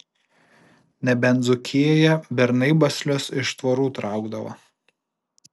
nebent dzūkijoje bernai baslius iš tvorų traukdavo